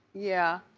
yeah.